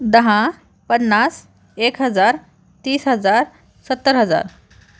दहा पन्नास एक हजार तीस हजार सत्तर हजार